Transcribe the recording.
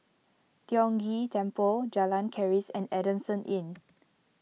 Tiong Ghee Temple Jalan Keris and Adamson Inn